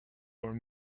were